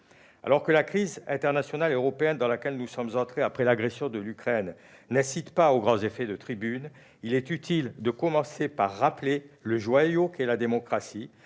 Alors que la crise internationale et européenne dans laquelle nous sommes entrés après l'agression de l'Ukraine n'incite pas aux grands effets de tribune, il est utile de commencer par rappeler que la démocratie